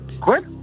Quit